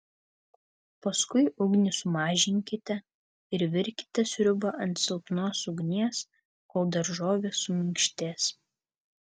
paskui ugnį sumažinkite ir virkite sriubą ant silpnos ugnies kol daržovės suminkštės